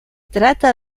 trata